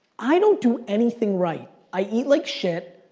i don't do anything right. i eat like shit,